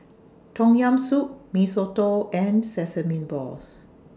Tom Yam Soup Mee Soto and Sesame Balls